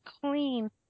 clean